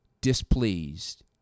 displeased